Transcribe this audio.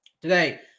Today